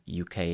UK